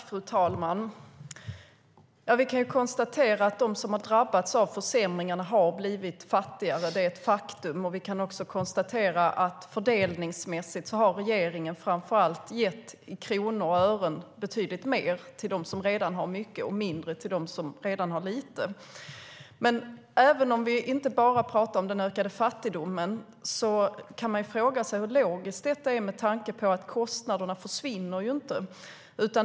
Fru talman! Ja, vi kan konstatera att de som har drabbats av försämringarna har blivit fattigare - det är ett faktum. Vi kan framför allt konstatera att regeringen fördelningsmässigt har gett betydligt mer i kronor och ören till dem som redan har mycket och mindre till dem som redan har lite. Även om man inte bara talar om den ökade fattigdomen kan man fråga sig hur logiskt detta är med tanke på att kostnaderna inte försvinner.